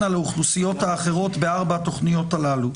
על האוכלוסיות האחרות בארבע התוכניות הללו,